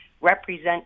represent